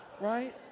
Right